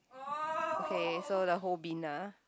okay so the whole bin ah